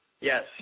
yes